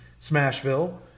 Smashville